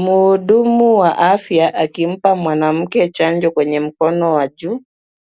Mhudumu wa afya akimpa mwanamke chanjo kwenye mkono wa juu,